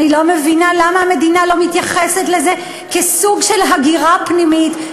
אני לא מבינה למה המדינה לא מתייחסת לזה כאל סוג של הגירה פנימית,